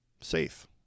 safe